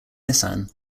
nissan